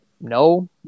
No